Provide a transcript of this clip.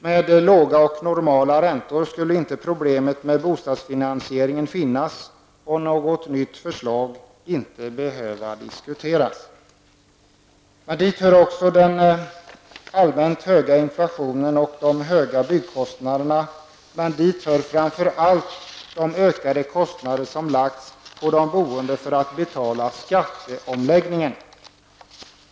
Med låga och normala räntor skulle problemet med bostadsfinansieringen inte finnas och något nytt förslag inte behöva diskuteras. Andra orsaker är den allmänt höga inflationen, de höga byggkostnaderna och, framför allt, de ökade kostnader som har lagts på de boende för att betala skatteomläggningen.